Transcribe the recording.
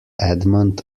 edmond